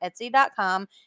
Etsy.com